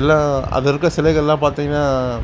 எல்லா அதுலிருக்க சிலைகள்லாம் பார்த்திங்கனா